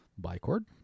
Bicord